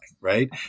right